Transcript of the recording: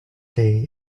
day